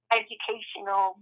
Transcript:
educational